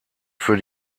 für